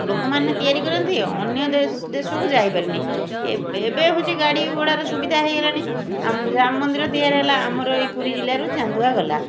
ଲୋକମାନେ ତିଆରି କରନ୍ତି ଅନ୍ୟ ଦେଶକୁ ଯାଇପାରେନି ଏବେ ହେଉଛି ଗାଡ଼ିଘୋଡ଼ାର ସୁବିଧା ହେଇଗଲାଣି ଆମ ରାମ ମନ୍ଦିର ତିଆରି ହେଲା ଆମର ଏଇ ପୁରୀ ଜିଲ୍ଲାରୁ ଚାନ୍ଦୁଆ ଗଲା